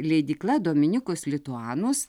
leidykla dominicus lituanus